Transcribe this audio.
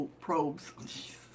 probes